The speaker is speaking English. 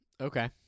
Okay